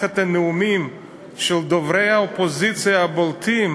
את הנאומים של דוברי האופוזיציה הבולטים,